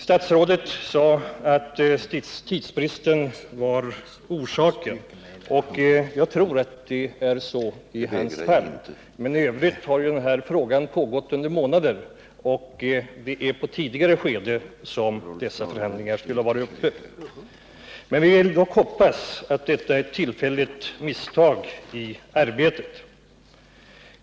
Statsrådet sade att tidsbristen var orsaken till detta handlande. Jag tror att det är så i hans fall, men i övrigt har frågan varit under behandling i månader och dessa förhandlingar skulle ha varit uppe i ett tidigare skede. Vi vill dock hoppas att detta är ett tillfälligt misstag i arbetet.